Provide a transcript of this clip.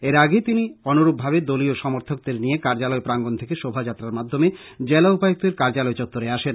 এর আগে তিনি অনুরূপভাবে দলীয় সমর্থকদের নিয়ে কার্যালয় প্রাঙ্গন থেকে শোভাযাত্রার মাধ্যমে জেলা উপায়ুক্তের কার্যালয় চত্বরে আসেন